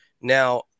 Now